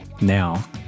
now